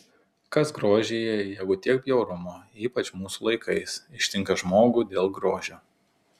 kas grožyje jeigu tiek bjaurumo ypač mūsų laikais ištinka žmogų dėl grožio